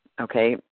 okay